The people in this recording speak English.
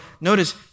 Notice